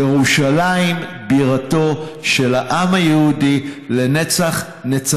ירושלים, בירתו של העם היהודי לנצח-נצחים.